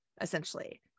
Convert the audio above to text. essentially